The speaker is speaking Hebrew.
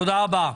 תודה רבה.